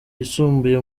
yisumbuye